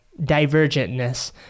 divergentness